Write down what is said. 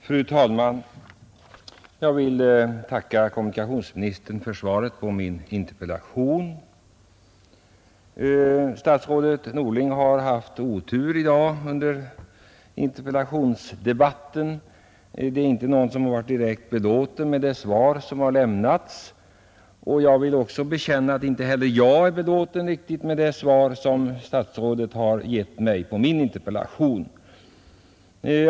Fru talman! Jag vill tacka kommunikationsministern för svaret på min interpellation. Statsrådet Norling har haft otur i dag under interpellationsdebatten. Det är inte någon som varit direkt belåten med de svar som har lämnats, och jag vill bekänna att inte heller jag är belåten med det svar som statsrådet har givit mig på min interpellation.